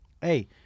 hey